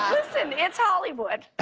um it's hollywood.